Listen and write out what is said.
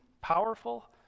powerful